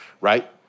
right